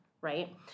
right